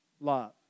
love